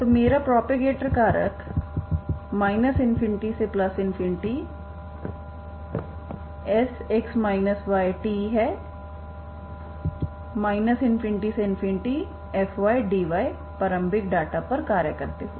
तो मेरा प्रोपेगेटर कारक ∞Sx yt ∞fdyहै प्रारंभिक डेटा पर कार्य करते हुए